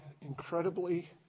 incredibly